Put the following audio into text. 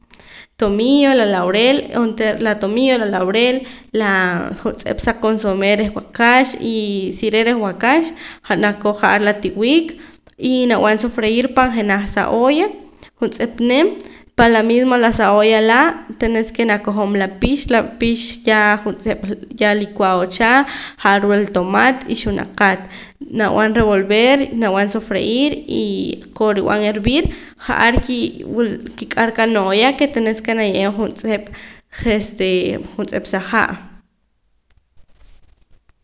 Tomillo la laurel onteera la tomillo y la laurel laa juntz'ep sa consome reh waakax y si re' reh waakax jaa nakoj ja'ar la tiwik y nab'an sofreir pan jenaj sa olla juntz'ep nim pan la mima la sa olla laa tenés ke nakojom la pix la pix juntz'ep ya licuado cha ja'ar ruu' altomat y xunakat nab'an revolver y nab'an sofreir y koo rib'an hervir ja'ar ki wul kik'ar qanooya ke tenes ke naye'em juntz'ep je' je' este juntz'ep sa ha'